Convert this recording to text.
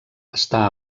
està